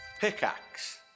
Pickaxe